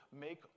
make